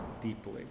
deeply